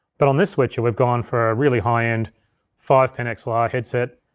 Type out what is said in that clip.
but on this switcher, we've gone for a really high-end five pin and xlr headset,